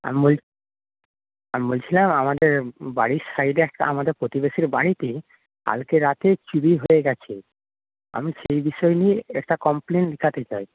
আমি আমি বলছিলাম আমাদের বাড়ির সাইডে একটা আমাদের প্রতিবেশীর বাড়িতে কালকে রাতে চুরি হয়ে গেছে আমি সেই বিষয় নিয়ে একটা কমপ্লেন লেখাতে চাই